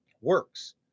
works